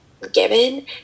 Given